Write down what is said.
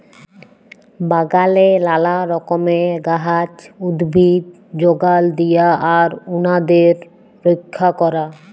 বাগালে লালা রকমের গাহাচ, উদ্ভিদ যগাল দিয়া আর উনাদের রইক্ষা ক্যরা